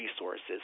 resources